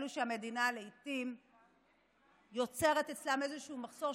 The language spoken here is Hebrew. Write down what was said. אלו שהמדינה לעיתים יוצרת אצלם איזשהו מחסור,